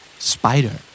Spider